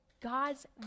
God's